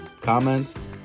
comments